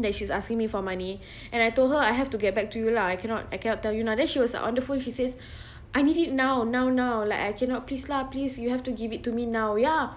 that she's asking me for money and I told her I have to get back to you lah I cannot I cannot tell you now then she was like on the phone she says I need it now now now like I cannot please lah please you have to give it to me now ya